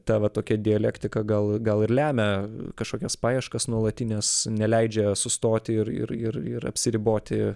ta va tokia dialektika gal gal ir lemia kažkokias paieškas nuolatines neleidžia sustoti ir ir ir ir apsiriboti